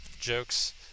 jokes